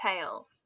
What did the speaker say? tails